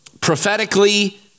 prophetically